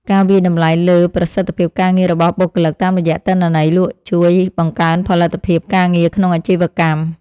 ការវាយតម្លៃលើប្រសិទ្ធភាពការងាររបស់បុគ្គលិកតាមរយៈទិន្នន័យលក់ជួយបង្កើនផលិតភាពការងារក្នុងអាជីវកម្ម។